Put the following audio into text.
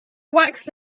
wax